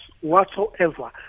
whatsoever